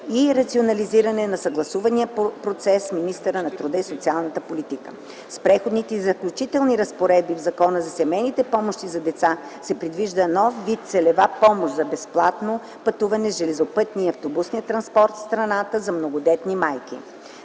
и рационализиране на съгласувателния процес с министъра на труда и социалната политика. С Преходните и заключителните разпоредби в Закона за семейни помощи за деца се предвижда нов вид целева помощ за безплатно пътуване с железопътния и автобусния транспорт в страната за многодетни майки.